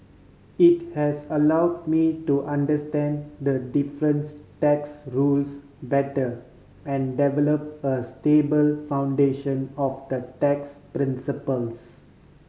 it has allow me to understand the difference tax rules better and develop a stable foundation of the tax principles